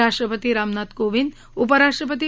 राष्ट्रपती रामनाथ कोविंद उपराष्ट्रपती एम